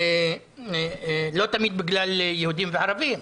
לא תמיד בגלל יהודים וערבים,